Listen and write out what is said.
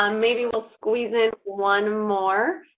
um maybe we'll squeeze in one more.